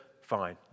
fine